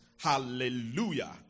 Hallelujah